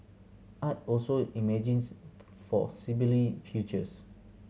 art also imagines for futures